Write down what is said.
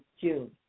June